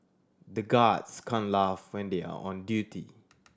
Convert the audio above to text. the guards can't laugh when they are on duty